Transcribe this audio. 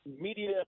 media –